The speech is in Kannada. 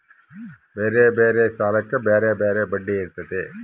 ಬ್ಯಾರೆ ಬ್ಯಾರೆ ಸಾಲಕ್ಕ ಬ್ಯಾರೆ ಬ್ಯಾರೆ ಬಡ್ಡಿ ಇರ್ತತೆ